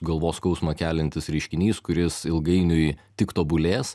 galvos skausmą keliantis reiškinys kuris ilgainiui tik tobulės